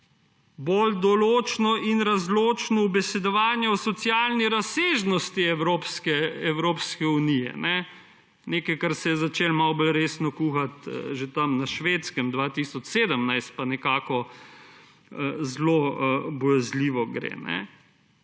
bolj določno in razločno ubesedovanje o socialni razsežnosti Evropske unije – nekaj, kar se je začelo malo bolj resno kuhati na Švedskem že 2017, pa nekako zelo bojazljivo gre